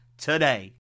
today